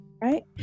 right